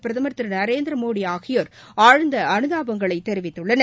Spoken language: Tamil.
பிரதமர் திருநரேந்திரமோடிஆகியோர் ஆழ்ந்தஅனுதாபங்களைதெரிவித்துள்ளார்